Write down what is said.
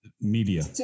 Media